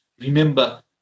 remember